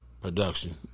production